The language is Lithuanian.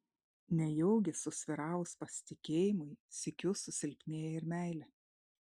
nejaugi susvyravus pasitikėjimui sykiu susilpnėja ir meilė